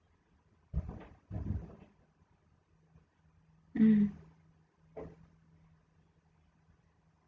mm